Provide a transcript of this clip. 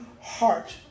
heart